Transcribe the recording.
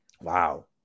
Wow